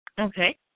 Okay